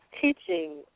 teaching